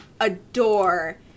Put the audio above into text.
adore